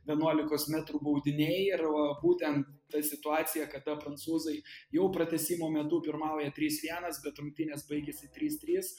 vienuolikos metrų baudiniai ir va būtent ta situacija kada prancūzai jau pratęsimo metu pirmauja trys vienas bet rungtynės baigėsi trys trys